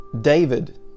David